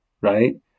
right